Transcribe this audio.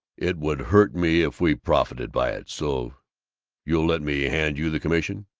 it would hurt me if we profited by it. so you'll let me hand you the commission?